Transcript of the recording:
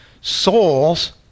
souls